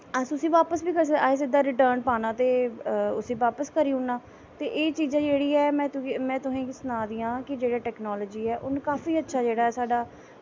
अस उस्सी बापस बी करी सकने असैं सिद्दा रिटर्न पाना ते उस्सी बापस करी ओड़नां ते एह् चीज़ां जेह्ड़ी ऐं में तुसेंगी सनांऽ दी आं जेह्ड़ी टैकनॉलजी उन्न काफी अच्छा जेह्ड़ा